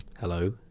Hello